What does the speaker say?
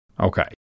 Okay